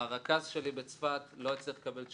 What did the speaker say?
הרכז שלי בצפת לא הצליח לקבל תשובה.